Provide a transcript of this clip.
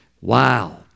Wow